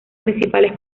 principales